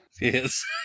Yes